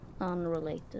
unrelated